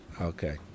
Okay